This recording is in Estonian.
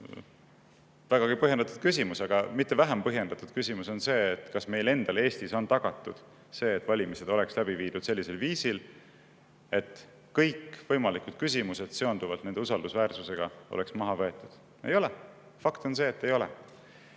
Vägagi põhjendatud küsimus. Aga mitte vähem põhjendatud küsimus on see, kas meil endal Eestis on tagatud see, et valimised oleksid läbi viidud sellisel viisil, et kõikvõimalikud küsimused seonduvalt nende usaldusväärsusega oleks maha võetud. Ei ole! Fakt on see, et ei ole.